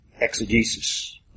exegesis